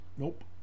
Nope